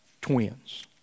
twins